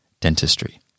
dentistry